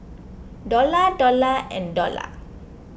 Dollah Dollah and Dollah